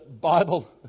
Bible